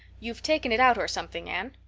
you've taken it out or something, anne.